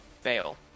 fail